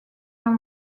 dans